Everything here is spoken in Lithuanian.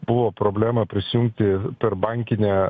buvo problema prisijungti per bankinę